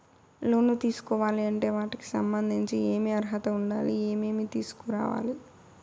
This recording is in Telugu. లోను తీసుకోవాలి అంటే వాటికి సంబంధించి ఏమి అర్హత ఉండాలి, ఏమేమి తీసుకురావాలి